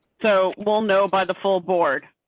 so we'll know by the full board.